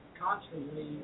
constantly